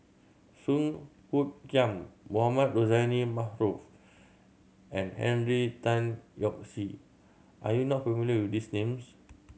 Song Hoot Kiam Mohamed Rozani Maarof and Henry Tan Yoke See are you not familiar with these names